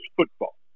football